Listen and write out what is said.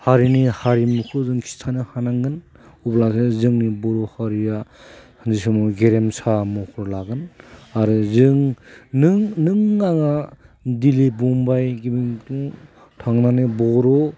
हारिनि हारिमुखौ जों खिथानो हानांगोन अब्लासो जोंनि बर' हारिया जि समाव गेरेमसा महर लागोन आरो जों नों नों आङा दिल्ली बम्बाइ गिदिंनो थांनानै बर'